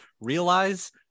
realize